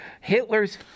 Hitler's